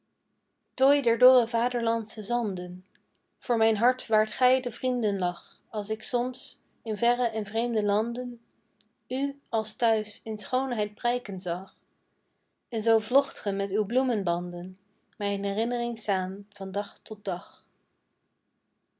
der dorre vaderlandsche zanden voor mijn hart waart gij de vriendenlach als ik soms in verre en vreemde landen u als thuis in schoonheid prijken zag en zoo vlocht ge met uw bloemenbanden mijn herinnering saam van dag tot dag